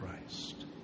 Christ